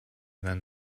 than